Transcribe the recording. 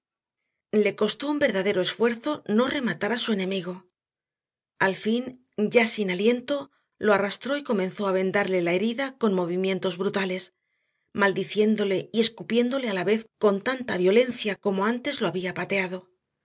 le costó un verdadero esfuerzo no rematar a su enemigo al fin ya sin aliento lo arrastró y comenzó a vendarle la herida con movimientos brutales maldiciéndole y escupiéndole a la vez con tanta violencia como antes lo había pateado